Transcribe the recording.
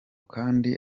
kandi